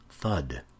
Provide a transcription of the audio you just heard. Thud